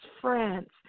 France